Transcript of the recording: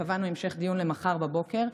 וקבענו המשך דיון למחר בבוקר.